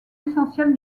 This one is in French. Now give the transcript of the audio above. essentiel